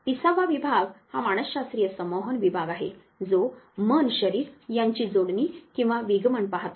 30 वा विभाग हा मानसशास्त्रीय संमोहन विभाग आहे जो मन शरीर यांची जोडणी किंवा विगमन पाहतो